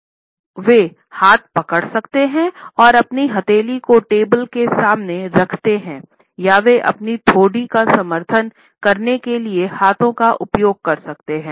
या तो वे हाथ पकड़ सकते हैं और अपनी हथेली को टेबल के सामने रखते है या वे अपनी ठोड़ी का समर्थन करने के लिए हाथों का उपयोग कर सकते हैं